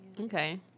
Okay